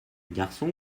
garçon